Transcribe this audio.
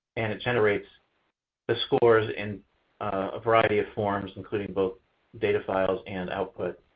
and it generates the scores in a variety of forms, including both data files and output